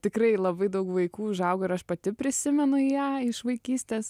tikrai labai daug vaikų užaugo ir aš pati prisimenu ją iš vaikystės